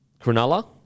Cronulla